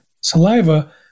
saliva